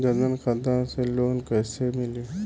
जन धन खाता से लोन कैसे मिली?